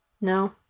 No